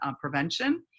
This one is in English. prevention